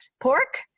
pork